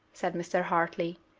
said mr. hartley.